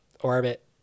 orbit